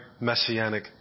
messianic